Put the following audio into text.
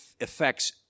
affects